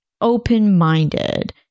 open-minded